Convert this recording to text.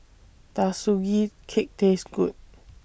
Does Sugee Cake Taste Good